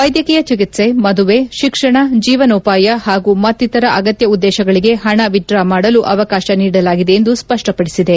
ವೈದ್ಯಕೀಯ ಚಿಕಿತ್ಸೆ ಮದುವೆ ಶಿಕ್ಷಣ ಜೀವನೋಪಾಯ ಪಾಗೂ ಮತ್ತಿತರ ಅಗತ್ಯ ಉದ್ದೇಶಗಳಿಗೆ ಪಣ ವಿತ್ಡ್ರಾ ಮಾಡಲು ಅವಕಾಶ ನೀಡಲಾಗಿದೆ ಎಂದು ಸ್ಪಷ್ಟಪಡಿಸಿದೆ